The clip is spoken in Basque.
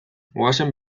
goazen